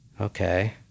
Okay